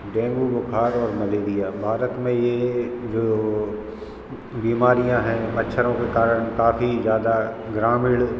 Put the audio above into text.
dengue बुखार और malaria Bharat में ये जो बीमारियाँ हैं मच्छरों के कारण काफ़ी ज़्यादा ग्रामीण